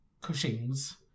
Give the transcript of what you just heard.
Cushing's